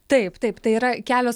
taip taip tai yra kelios